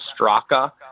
Straka